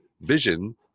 vision